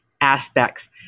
aspects